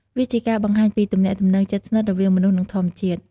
វាជាការបង្ហាញពីទំនាក់ទំនងជិតស្និទ្ធរវាងមនុស្ស និងធម្មជាតិ។